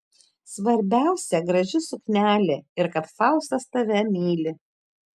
svarbiausia graži suknelė ir kad faustas tave myli